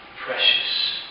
precious